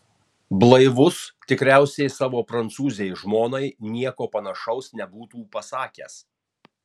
blaivus tikriausiai savo prancūzei žmonai nieko panašaus nebūtų pasakęs